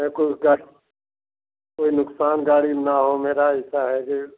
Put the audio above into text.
मे को उस गाड़ी कोई नुक़सान गाड़ी में ना हो मेरा ऐसा है कि